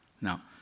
Now